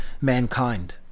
mankind